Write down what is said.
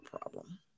problem